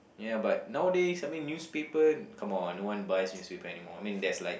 ya but nowadays I mean newspaper come on no one buys newspaper anymore I mean there's like